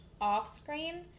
off-screen